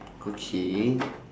okay